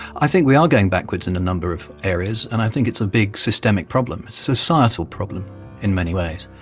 i think we are going backwards in a number of areas, and i think it's a big systemic problem, it's a societal problem in many ways.